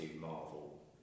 Marvel